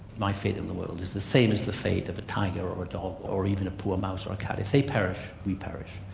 my fate in the world is the same as the fate of a tiger or a dog or even a poor mouse or a cat. if they perish, we perish.